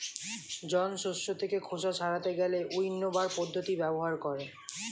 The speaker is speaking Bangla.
জন শস্য থেকে খোসা ছাড়াতে গেলে উইন্নবার পদ্ধতি ব্যবহার করে